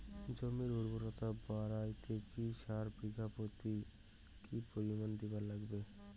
জমির উর্বরতা বাড়াইতে কি সার বিঘা প্রতি কি পরিমাণে দিবার লাগবে?